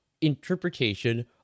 interpretation